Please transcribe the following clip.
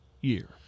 year